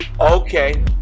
Okay